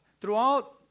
throughout